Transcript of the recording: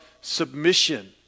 submission